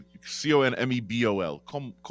C-O-N-M-E-B-O-L